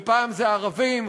ופעם זה הערבים,